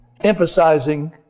emphasizing